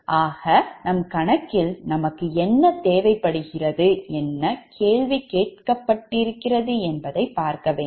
ஆக நம் கணக்கில் நமக்கு என்ன தேவைப்படுகிறது என்ன கேள்வி கேட்கப்பட்டிருக்கிறது என்பதை பார்க்க வேண்டும்